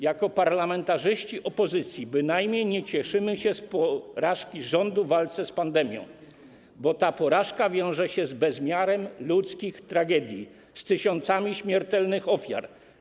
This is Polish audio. Jako parlamentarzyści opozycji bynajmniej nie cieszymy się z porażki rządu w walce z pandemią, bo ta porażka wiąże się z bezmiarem ludzkich tragedii, z tysiącami śmiertelnych ofiar.